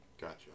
gotcha